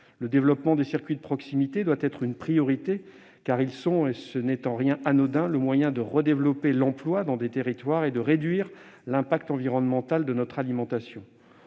Le renforcement des circuits de proximité doit être une priorité en vue, et ce n'est pas anodin, de redévelopper l'emploi dans les territoires et de réduire l'impact environnemental de notre alimentation.